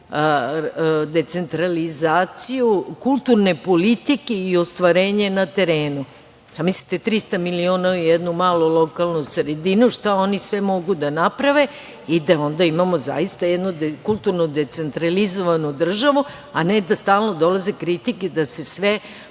decentralizaciju kulturne politike i ostvarenje na terenu. Zamislite 300 miliona u jednu malu lokalnu sredinu, šta oni sve mogu da naprave, i da onda imamo zaista jednu kulturnu decentralizovanu državu, a ne da stalno dolaze kritike da se sve